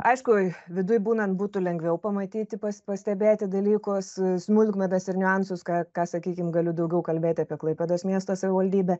aišku viduj būnant būtų lengviau pamatyti pas pastebėti dalykus smulkmenas ir niuansus ką ką sakykim galiu daugiau kalbėt apie klaipėdos miesto savivaldybę